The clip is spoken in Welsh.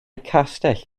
castell